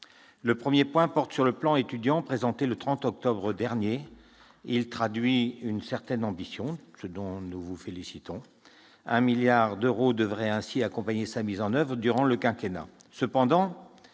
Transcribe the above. Le premier point porte sur le plan Étudiants, présenté le 30 octobre dernier. Ce plan traduit une certaine ambition, dont nous vous félicitons ; un montant d'un milliard d'euros devrait ainsi accompagner sa mise en oeuvre durant le quinquennat.